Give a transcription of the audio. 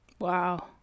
Wow